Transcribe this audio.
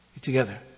Together